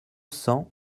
cents